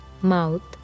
mouth